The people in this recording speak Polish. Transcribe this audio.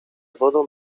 wodą